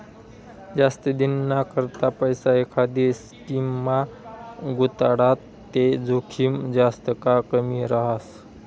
जास्त दिनना करता पैसा एखांदी स्कीममा गुताडात ते जोखीम जास्त का कमी रहास